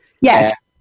Yes